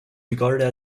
regarded